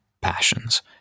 passions